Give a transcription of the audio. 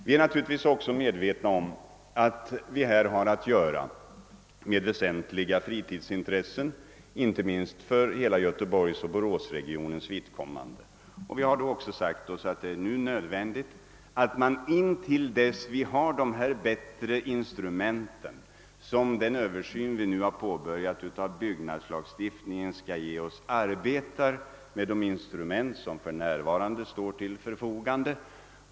Vi är naturligtvis medvetna om att det också här finns väsentliga fritidsintressen, inte minst för göteborgsoch boråsregionernas vidkommande. Intill dess vi har de bättre instrument för Översiktsplanering som översynen av byggnadslagstiftningen skall ge oss måste vi arbeta med de instrument som för närvarande står till förfogande.